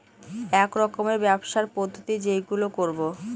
এক রকমের ব্যবসার পদ্ধতি যেইগুলো করবো